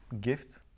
gift